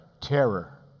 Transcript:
terror